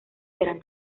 serán